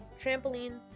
trampolines